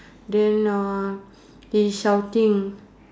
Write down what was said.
then uh he shouting